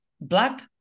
black